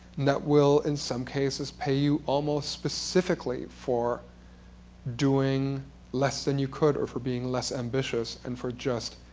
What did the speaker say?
that will in some cases pay you almost specifically for doing less than you could or for being less ambitious and for just